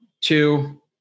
two